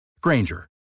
Granger